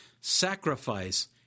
sacrifice